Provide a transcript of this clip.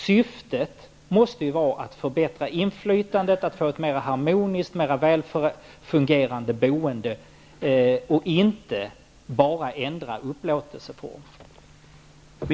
Syftet måste ju vara att förbättra inflytandet, att få ett mer harmoniskt och mer välfungerande boende och inte bara att ändra upplåtelseform.